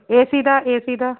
AC ਦਾ AC ਦਾ